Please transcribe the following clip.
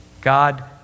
God